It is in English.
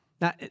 Now